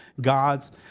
God's